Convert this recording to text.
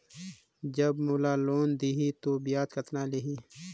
जब मोला लोन देही तो ब्याज कतना लेही?